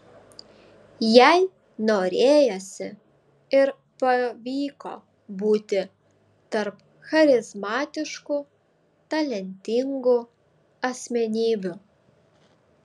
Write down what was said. jai norėjosi ir pavyko būti tarp charizmatiškų talentingų asmenybių